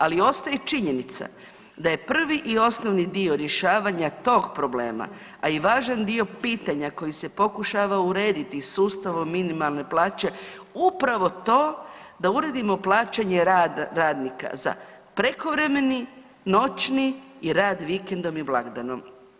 Ali ostaje činjenica da je prvi i osnovni dio rješavanja tog problema, a i važan dio pitanja koji se pokušava rediti sustavom minimalne plaće upravo to da uredimo plaćanje radnika za prekovremeni, noćni i rad vikendom i blagdanom.